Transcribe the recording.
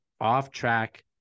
off-track